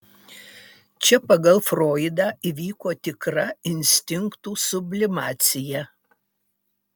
čia pagal froidą įvyko tikra instinktų sublimacija